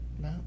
No